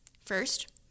First